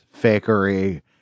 fakery